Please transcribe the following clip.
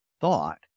thought